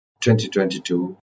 2022